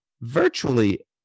Virtually